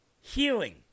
Healing